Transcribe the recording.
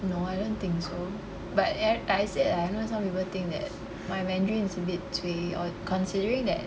no I don't think so but like I said like some people think that my mandarin is a bit cui or considering that